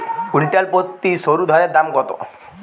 Quintal প্রতি সরুধানের দাম কত?